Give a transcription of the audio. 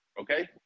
okay